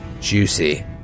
juicy